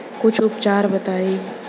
कुछ उपचार बताई?